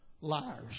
liars